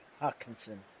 Hawkinson